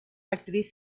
actriz